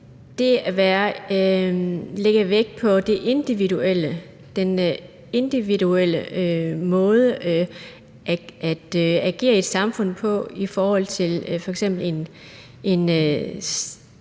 det individuelle, den individuelle måde at agere i et samfund på i forhold til f.eks.